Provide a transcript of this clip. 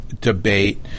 debate